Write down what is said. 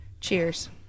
Cheers